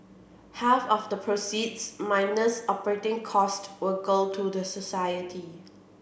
half of the proceeds minus operating cost will go to the society